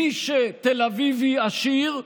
מי שתל אביבי עשיר,